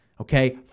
Okay